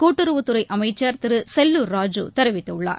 கூட்டுறவுத் துறை அமைச்சர் திரு செல்லூர் ராஜூ தெரிவித்துள்ளார்